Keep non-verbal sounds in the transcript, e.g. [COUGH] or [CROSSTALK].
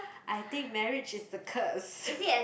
I think marriage is the curse [BREATH]